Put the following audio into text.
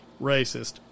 racist